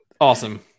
Awesome